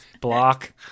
block